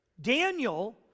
Daniel